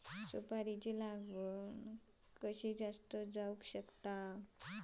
सुपारीची लागवड कशी जास्त जावक शकता?